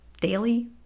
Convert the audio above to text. Daily